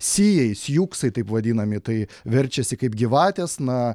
sijai sjuksai taip vadinami tai verčiasi kaip gyvatės na